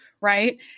Right